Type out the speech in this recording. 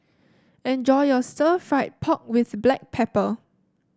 enjoy your Stir Fried Pork with Black Pepper